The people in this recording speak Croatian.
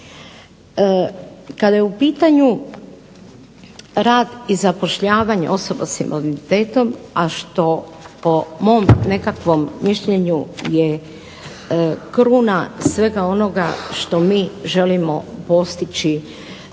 Kada je u pitanju rad i zapošljavanje osoba s invaliditetom, a što po mom nekakvom mišljenju je kruna svega onoga što mi želimo postići